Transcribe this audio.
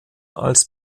als